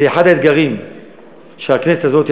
זה אחד האתגרים שהכנסת הזאת,